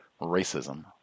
racism